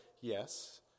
Yes